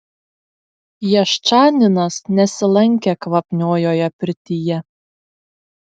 jaščaninas nesilankė kvapniojoje pirtyje